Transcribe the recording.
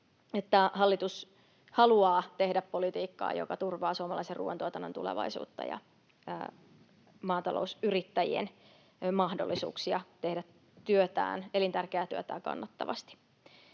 hallitus haluaa tehdä politiikkaa, joka turvaa suomalaisen ruuantuotannon tulevaisuutta ja maatalousyrittäjien mahdollisuuksia tehdä elintärkeää työtään kannattavasti.